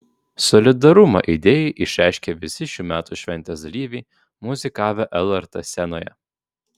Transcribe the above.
solidarumą idėjai išreiškė visi šių metų šventės dalyviai muzikavę lrt scenoje